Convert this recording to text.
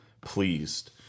pleased